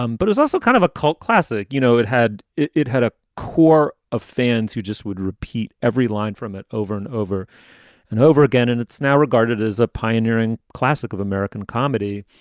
um but it's also kind of a cult classic. you know, it had it it had a core of fans who just would repeat every line from it over and over and over again. and it's now regarded as a pioneering classic of american comedy.